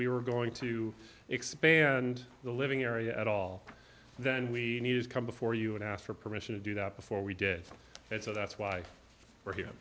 we were going to expand the living area at all then we needed to come before you and ask for permission to do that before we did it so that's why we're here